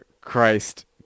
Christ